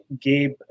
Gabe